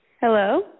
Hello